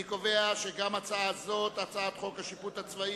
אני קובע שגם על הצעת חוק השיפוט הצבאי